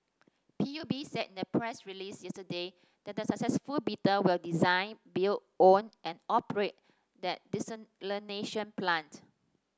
P U B said in a press release yesterday that the successful bidder will design build own and operate the desalination plant